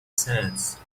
sands